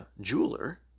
jeweler